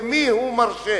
למי הוא מרשה?